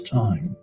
time